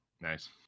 nice